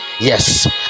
yes